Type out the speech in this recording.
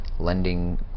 lending